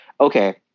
okay